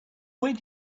where